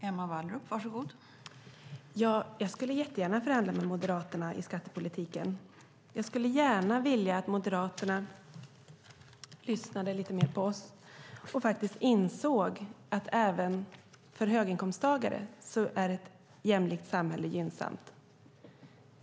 Fru talman! Jag skulle jättegärna förhandla med Moderaterna i skattepolitiken. Jag skulle gärna vilja att Moderaterna lyssnade lite mer på oss och insåg att även för höginkomsttagare är ett jämlikt samhälle gynnsamt.